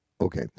okay